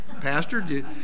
pastor